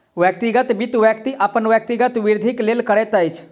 व्यक्तिगत वित्त, व्यक्ति अपन व्यक्तिगत वृद्धिक लेल करैत अछि